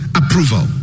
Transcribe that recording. approval